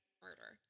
murder